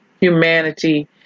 humanity